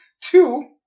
two